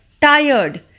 tired